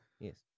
Yes